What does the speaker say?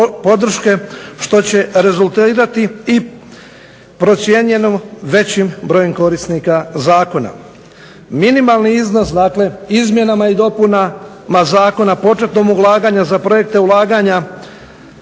što će rezultirati i procijenjeno većim brojem korisnika Zakona. Minimalni iznos izmjenama i dopunama Zakona početnog ulaganja za projekte ulaganja,